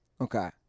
Okay